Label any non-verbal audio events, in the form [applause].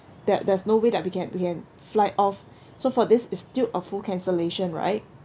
that there's no way that we can we can fly off [breath] so for this it's still a full cancellation right